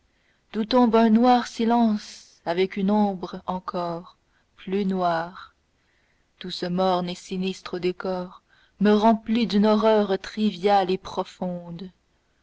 d'où tombe un noir silence avec une ombre encor plus noire tout ce morne et sinistre décor me remplit d'une horreur triviale et profonde